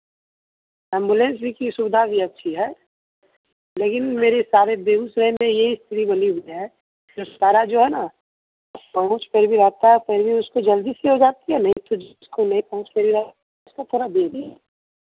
ambulance भी की सुबिधा भी अच्छी है लेकिन मेरे सारे बेगुसराई में यही बनी हुई है यह सारा जो हे न सोर्स पर भी रहता है उसकी जल्दी से हो जाती है नहीं तो जिसको नहीं पहुँच उसको थोड़ा देर